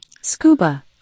scuba